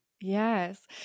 Yes